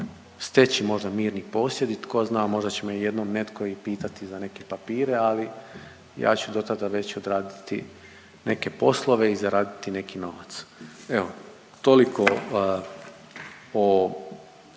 steći možda mirni posjed i tko zna možda će me jednom netko i pitati za neke papire, ali ja ću do tada već odraditi neke poslove i zaraditi neki novac. Evo, toliko o